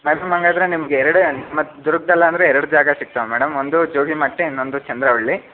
madam ಹಂಗಾದರೆ ನಿಮ್ಗೆ ಎರಡೇ ಮತ್ ದುರ್ಗದಲ್ಲಂದ್ರೆ ಎರಡು ಜಾಗ ಸಿಗ್ತಾವೆ ಮೇಡಮ್ ಒಂದು ಜೋಗಿಮಟ್ಟಿ ಇನ್ನೊಂದು ಚಂದ್ರವಳ್ಳಿ